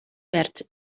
verds